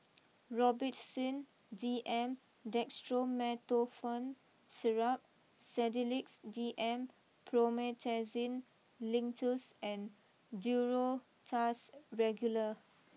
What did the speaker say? Robitussin D M Dextromethorphan Syrup Sedilix D M Promethazine Linctus and Duro Tuss Regular